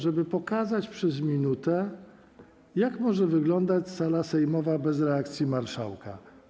Żeby pokazać przez minutę, jak może wyglądać sala sejmowa bez reakcji marszałka.